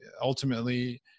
ultimately